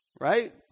right